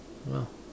ya